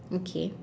okay